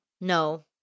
No